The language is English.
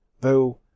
though